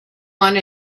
one